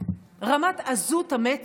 רמת עזות המצח,